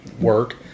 work